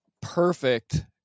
perfect